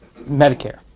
Medicare